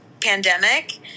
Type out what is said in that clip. pandemic